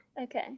Okay